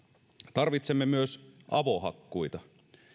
tarvitsemme myös avohakkuita